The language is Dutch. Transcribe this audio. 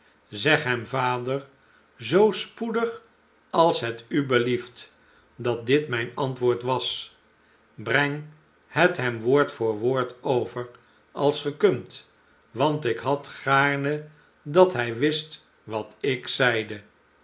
zeg hem vader zoo spoedig als het u belieft dat dit mijn antwoord was breng het hem woord voor woord over als ge kunt want ik had gaarne dat hi wist wat ik zeide